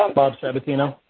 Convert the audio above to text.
um bob sabatino.